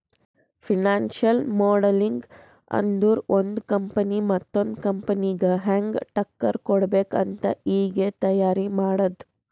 financial modelling ಅಂದುರ್ ಒಂದು company ಮತ್ತೊಂದ್ ಕಂಪನಿಗ ಹ್ಯಾಂಗ್ ಟಕ್ಕರ್ ಕೊಡ್ಬೇಕ್ ಅಂತ್ ಈಗೆ ತೈಯಾರಿ ಮಾಡದ್ದ್